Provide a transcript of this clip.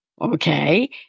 okay